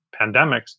pandemics